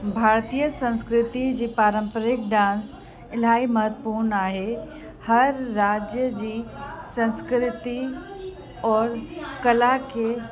भारतीय संस्कृति जी पारम्परिकु डांस इलाही महत्वपूर्ण आहे हरु राज्य जी संस्कृति और कला खे